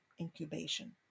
incubation